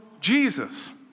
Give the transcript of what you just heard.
Jesus